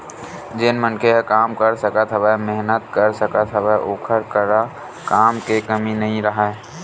जेन मनखे ह काम कर सकत हवय, मेहनत कर सकत हवय ओखर करा काम के कमी नइ राहय